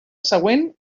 següent